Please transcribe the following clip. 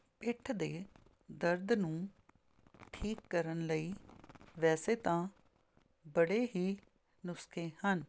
ਪਿੱਠ ਦੇ ਦਰਦ ਨੂੰ ਠੀਕ ਕਰਨ ਲਈ ਵੈਸੇ ਤਾਂ ਬੜੇ ਹੀ ਨੁਸਖੇ ਹਨ